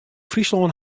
fryslân